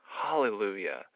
Hallelujah